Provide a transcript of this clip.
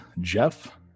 Jeff